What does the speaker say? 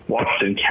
Washington